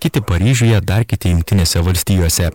kiti paryžiuje dar kiti jungtinėse valstijose